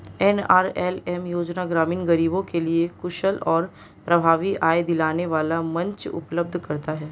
NRLM योजना ग्रामीण गरीबों के लिए कुशल और प्रभावी आय दिलाने वाला मंच उपलब्ध कराता है